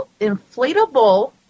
inflatable